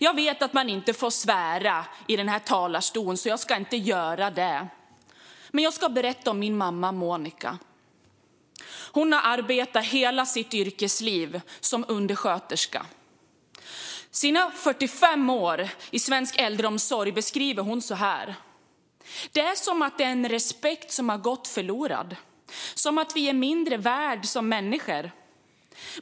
Jag vet att man inte får svära i den här talarstolen, så jag ska inte göra det. Men jag ska berätta om min mamma Monica. Hon har arbetat hela sitt yrkesliv som undersköterska. Sina 45 år i svensk äldreomsorg beskriver hon så här: "Det är som att respekt har gått förlorad, som att vi är mindre värda som människor.